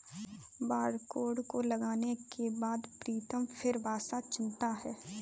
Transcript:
barcode को लगाने के बाद प्रीतम फिर भाषा चुनता है